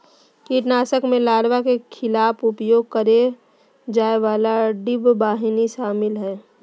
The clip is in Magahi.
कीटनाशक में लार्वा के खिलाफ उपयोग करेय जाय वाला डिंबवाहिनी शामिल हइ